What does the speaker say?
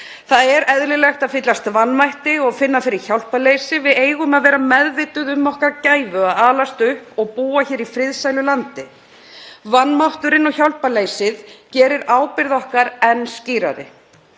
Það er eðlilegt að fyllast vanmætti og finna fyrir hjálparleysi. Við eigum að vera meðvituð um gæfu okkar að alast upp og búa hér í friðsælu landi. Vanmátturinn og hjálparleysið gerir ábyrgð okkar enn skýrari.